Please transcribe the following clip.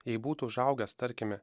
jei būtų užaugęs tarkime